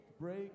break